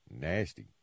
nasty